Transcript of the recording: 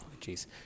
jeez